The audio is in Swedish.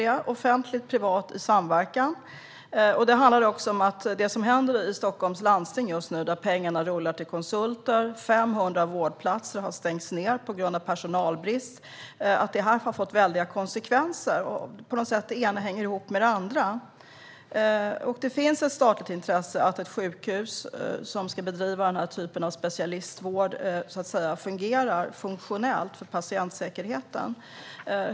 Det betyder offentligt och privat i samverkan. Det handlar också om det som händer i Stockholms läns landsting just nu, där pengarna rullar till konsulter. 500 vårdplatser har stängts ned på grund av personalbrist. Detta har fått väldiga konsekvenser, och det ena hänger på något sätt ihop med det andra. Det finns ett statligt intresse i att ett sjukhus som ska bedriva den här typen av specialistvård är funktionellt för patientsäkerheten.